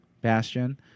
Bastion